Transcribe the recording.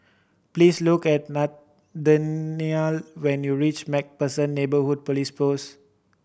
please look at Nathanial when you reach Macpherson Neighbourhood Police Post